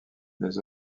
les